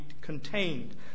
contained